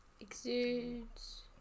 exudes